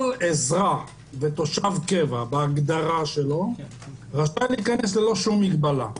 כל אזרח ותושב קבע בהגדרה שלו רשאי להיכנס ללא שום מגבלה.